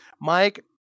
Mike